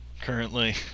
currently